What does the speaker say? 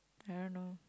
I don't know